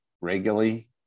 regularly